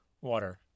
water